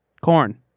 Corn